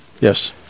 Yes